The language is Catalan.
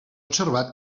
observat